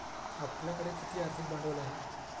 आपल्याकडे किती आर्थिक भांडवल आहे?